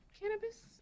cannabis